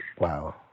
Wow